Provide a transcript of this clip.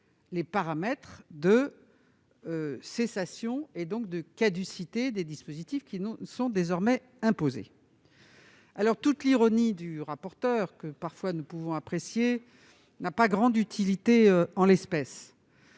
des paramètres objectifs de caducité des dispositifs qui nous sont désormais imposés. Toute l'ironie du rapporteur, que nous pouvons parfois apprécier, n'a pas grande utilité en l'espèce